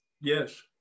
yes